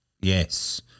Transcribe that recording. Yes